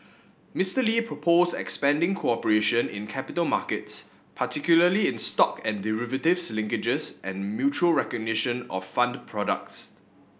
Mister Lee proposed expanding cooperation in capital markets particularly in stock and derivatives linkages and mutual recognition of fund products